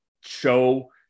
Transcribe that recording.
show